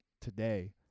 today